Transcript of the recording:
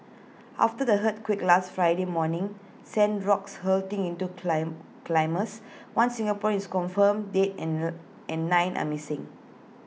after the earthquake last Friday morning sent rocks hurtling into climb climbers one Singaporean is confirmed dead and the and nine are missing